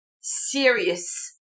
serious